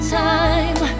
time